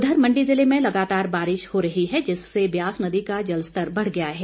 उधर मंडी जिले में लगातार बारिश हो रही है जिससे ब्यास नदी का जलस्तर बढ़ गया है